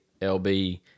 LB